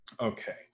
Okay